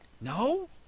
No